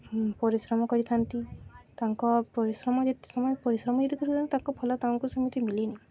ପରିଶ୍ରମ କରିଥାନ୍ତି ତାଙ୍କ ପରିଶ୍ରମ ଯେତେ ସମୟ ପରିଶ୍ରମ ଯଦି କରିଥାନ୍ତି ତାଙ୍କ ଫଳ ତାଙ୍କୁ ସେମିତି ମିିଳିନି